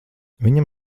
viņam